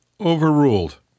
Overruled